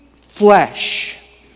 flesh